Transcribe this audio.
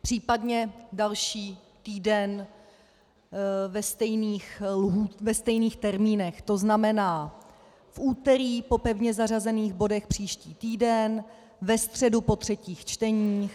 Případně další týden ve stejných termínech, to znamená, v úterý po pevně zařazených bodech příští týden, ve středu po třetích čteních.